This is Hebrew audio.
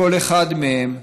לכל אחד מהם,